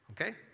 okay